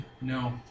No